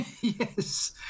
Yes